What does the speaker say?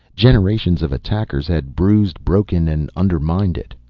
generations of attackers had bruised, broken, and undermined it.